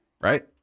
right